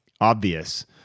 obvious